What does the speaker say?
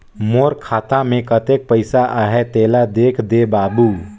मोर खाता मे कतेक पइसा आहाय तेला देख दे बाबु?